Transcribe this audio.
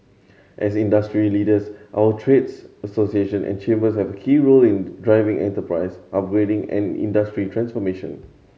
as industry leaders our trades association and chambers have a key role in driving enterprise upgrading and industry transformation